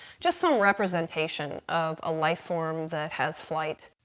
just some representation of a life-form that has flight.